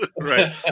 Right